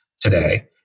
today